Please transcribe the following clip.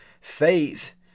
faith